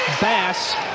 Bass